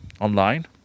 online